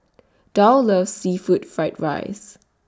Dow loves Seafood Fried Rice